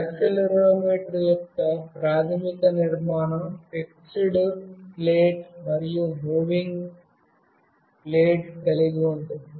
accelerometer యొక్క ప్రాథమిక నిర్మాణం ఫిక్సడ్ట్ ప్లేట్ మరియు మూవింగ్ ప్లేట్ కలిగి ఉంటుంది